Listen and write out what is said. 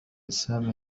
السابعة